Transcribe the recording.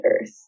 earth